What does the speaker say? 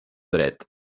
dret